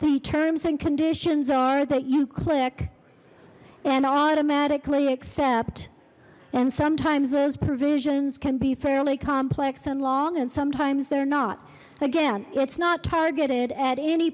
the terms and conditions are that you click and automatically accept and sometimes those provisions can be fairly complex and long and sometimes they're not again it's not